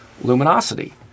Luminosity